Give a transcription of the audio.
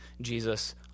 Jesus